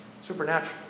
Supernatural